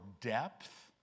depth